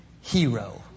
hero